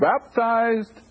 baptized